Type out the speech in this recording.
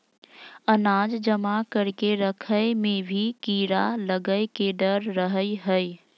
अनाज जमा करके रखय मे भी कीड़ा लगय के डर रहय हय